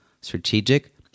Strategic